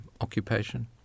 occupation